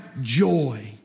joy